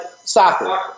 soccer